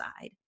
side